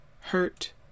hurt